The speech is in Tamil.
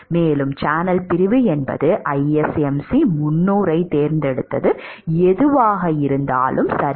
மேலும் சேனல் பிரிவு என்பது ISMC 300 ஐத் தேர்ந்தெடுத்தது எதுவாக இருந்தாலும் சரி